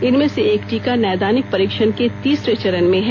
इनमें से एक टीका नैदानिक परीक्षण के तीसरे चरण में है